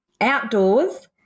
outdoors